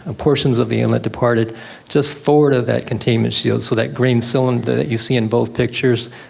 ah portions of the inlet departed just forward of that containment shield, so that green cylinder that you see in both pictures,